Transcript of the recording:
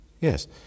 yes